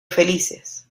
felices